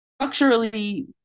structurally